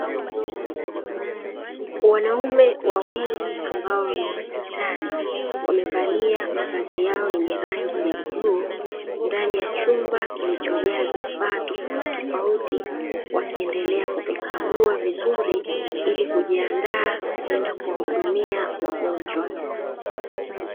Wanaume wawili ambao ni madaktari wamevalia mavazi yao yenye rangi ya bluu, ndani ya chumba kilichojaa vifaa tofauti tofauti wakiendelea kuvikagua vizuri ili kujiandaa kwenda kuwahudumia wagonjwa.